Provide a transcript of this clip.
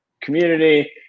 community